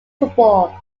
football